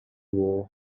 war